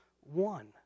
one